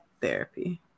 therapy